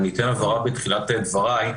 אני אתן הבהרה בתחילת דבריי.